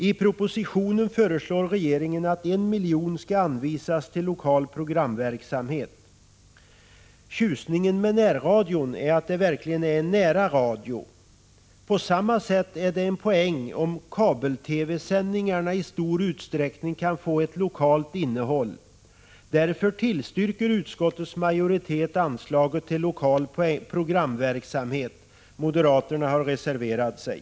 I propositionen föreslår regeringen att 1 miljon skall anvisas till lokal programverksamhet. Tjusningen med närradion är att det verkligen är en ”nära” radio. På samma sätt är det en poäng om kabel-TV-sändningarna i stor utsträckning kan få ett lokalt innehåll. Därför tillstyrker utskottets majoritet anslaget till lokal programverksamhet. Moderaterna har reserverat sig.